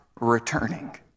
returning